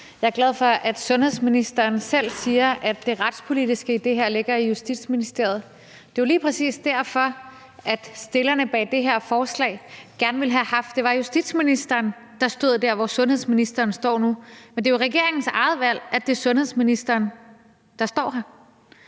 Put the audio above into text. Jeg er glad for, at sundhedsministeren selv siger, at det retspolitiske i det her ligger i Justitsministeriet. Det er jo lige præcis derfor, at stillerne bag det her forslag gerne ville have haft, at det var justitsministeren, der stod der, hvor sundhedsministeren nu står, men det er jo regeringens eget valg, at det er sundhedsministeren, der står her.